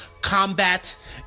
combat